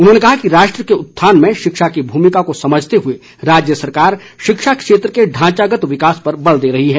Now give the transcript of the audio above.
उन्होंने कहा कि राष्ट्र के उत्थान में शिक्षा की भूमिका को समझते हए राज्य सरकार शिक्षा क्षेत्र के ढांचागत विकास पर बल दे रही है